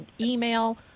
email